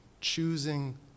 Choosing